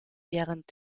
während